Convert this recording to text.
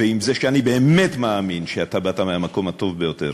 ועם זה שאני באמת מאמין שאתה באת מהמקום הטוב ביותר.